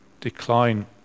Decline